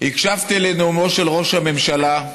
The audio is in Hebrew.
הקשבתי לנאומו של ראש הממשלה,